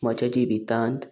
म्हज्या जिवितांत